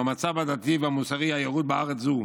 מהמצב הדתי והמוסרי הירוד בארץ זו,